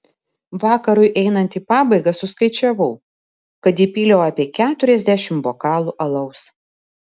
vakarui einant į pabaigą suskaičiavau kad įpyliau apie keturiasdešimt bokalų alaus